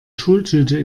schultüte